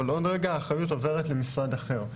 אבל עוד רגע האחריות עוברת למשרד אחר.